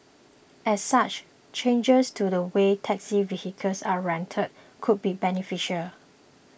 as such changes to the way taxi vehicles are rented could be beneficial